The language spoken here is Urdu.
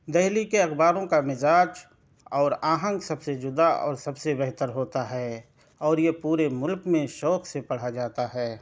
دہلی کے اخباروں کا مزاج اور آہنگ سب سے جُدا اور سب سے بہتر ہوتا ہے اور یہ پورے مُلک میں شوق سے پڑھا جاتا ہے